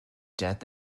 death